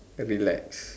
relax